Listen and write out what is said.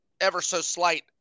ever-so-slight